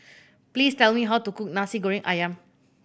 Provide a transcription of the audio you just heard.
please tell me how to cook Nasi Goreng Ayam